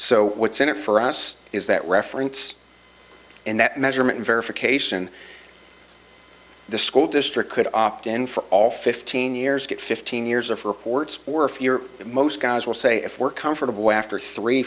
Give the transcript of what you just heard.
so what's in it for us is that reference and that measurement verification the school district could opt in for all fifteen years get fifteen years of reports or if you're that most guys will say if we're comfortable after three